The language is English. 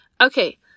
Okay